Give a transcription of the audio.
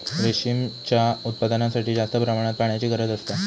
रेशीमच्या उत्पादनासाठी जास्त प्रमाणात पाण्याची गरज असता